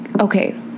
Okay